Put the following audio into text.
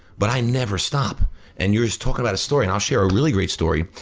but i never stop. and you're just talking about a story, and i'll share a really great story.